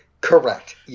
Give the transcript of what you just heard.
correct